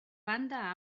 banda